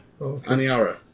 Aniara